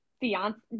fiance